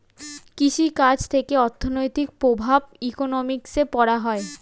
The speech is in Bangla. কৃষি কাজ থেকে অর্থনৈতিক প্রভাব ইকোনমিক্সে পড়া হয়